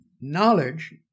knowledge